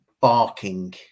barking